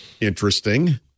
interesting